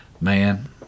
Man